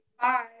Bye